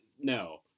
No